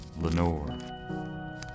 Lenore